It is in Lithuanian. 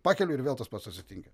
pakeliu ir vėl tas pats atsitinka